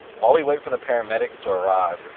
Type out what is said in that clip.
while we wait for the paramedics to arrive,